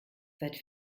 seit